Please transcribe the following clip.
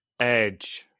Edge